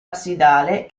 absidale